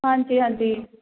ਹਾਂਜੀ ਹਾਂਜੀ